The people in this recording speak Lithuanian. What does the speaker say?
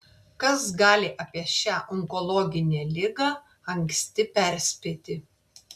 kas gali apie šią onkologinę ligą anksti perspėti